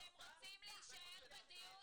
אתם רוצים להישאר בדיון?